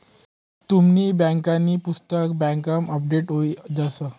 तुमनी बँकांनी पुस्तक बँकमा अपडेट हुई जास